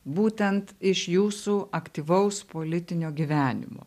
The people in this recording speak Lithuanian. būtent iš jūsų aktyvaus politinio gyvenimo